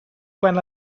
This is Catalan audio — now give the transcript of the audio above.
quan